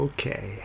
Okay